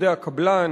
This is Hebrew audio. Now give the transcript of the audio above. עובדי הקבלן,